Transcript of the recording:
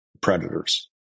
predators